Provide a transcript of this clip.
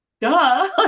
Duh